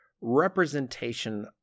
representation